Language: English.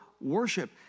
worship